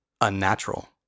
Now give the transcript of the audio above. Unnatural